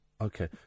Okay